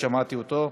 שמעתי אותו.